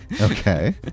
Okay